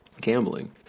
gambling